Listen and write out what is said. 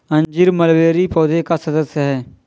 अंजीर मलबेरी पौधे का सदस्य है